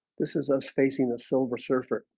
this is us facing the silver surfer,